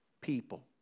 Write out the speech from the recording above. people